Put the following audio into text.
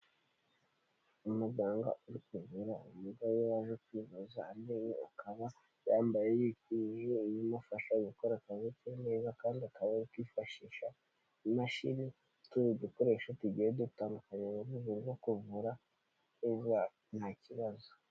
Umuganga urite kuvu umugore waje kwivuza amenyo akaba yambaye yi ibimufasha gukora akazi ke neza kandi akabakifashisha imashini n'tundi dukoresho tugenda dutandukani mu rwego rwo kuvura neza nta kibazo.